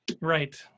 Right